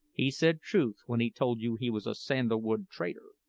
he said truth when he told you he was a sandal-wood trader,